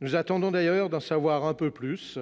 Nous attendons d'ailleurs d'en savoir un peu plus